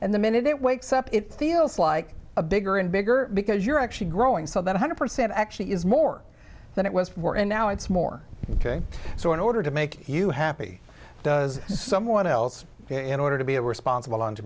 and the minute it wakes up it feels like a bigger and bigger because you're actually growing so that a hundred percent actually is more than it was before and now it's more so in order to make you happy does someone else in order to be a responsible